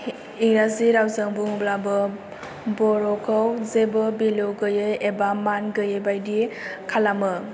इंराजि रावजों बुंब्लाबो बर'खौ जेबो बेलु गोयै एबा मान गोयै बायदि खालामो